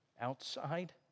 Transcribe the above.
Outside